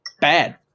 bad